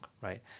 right